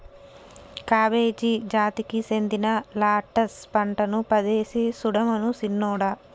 cabbage జాతికి సెందిన lettuce పంటలు పదేసి సుడమను సిన్నోడా